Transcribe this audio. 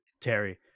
Terry